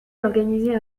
d’organiser